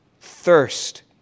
thirst